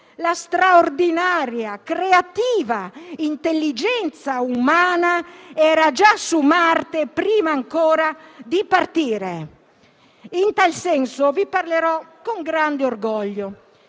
la straordinaria e creativa intelligenza umana era già su Marte prima ancora di partire. In tal senso, vi dirò con grande orgoglio